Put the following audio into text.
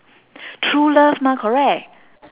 true love mah correct